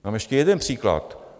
Mám ještě jeden příklad.